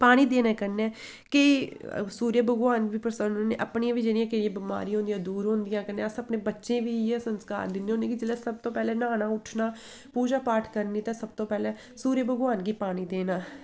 पानी देने कन्नै केईं सूरज भगवान बी प्रसन्न होंदे अपनी बी जेह्ड़ियां केईं बमारियां होंदियां दूर होंदियां कन्नै अस अपने बच्चे गी बी इ'यै संस्कार दिंन्ने होन्ने कि पैह्ले उट्ठना ते न्हौना उट्ठना पूजा पाठ करनी ते सब तूं पैह्लें सूरज भगवान गी पानी देना